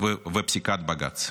ומפסיקת בג"ץ.